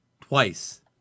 twice